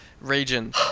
region